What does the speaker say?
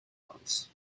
ions